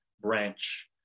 branch